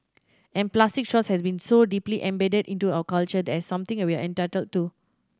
and plastic straws has been so deeply embedded into our culture as something we are entitled to